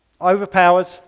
overpowered